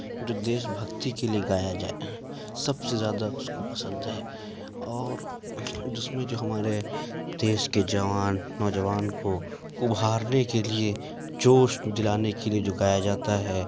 جو دیش بھکتی کے لیے گایا جائے سب سے زیادہ اس کو پسند ہے اور جس میں جو ہمارے دیش کے جوان نوجوان کو ابھارنے کے لیے جوش دلانے کے لیے جو گایا جاتا ہے